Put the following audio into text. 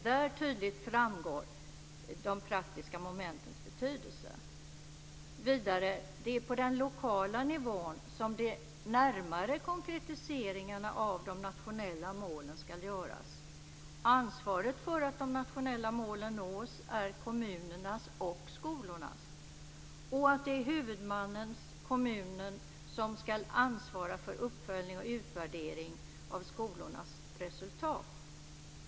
Det framgår vidare att det är på den lokala nivån som de närmare konkretiseringarna av de nationella målen ska göras. Ansvaret för att de nationella målen nås är kommunernas och skolornas. Det är huvudmannen, kommunen, som ska ansvara för uppföljning och utvärdering av skolornas resultat.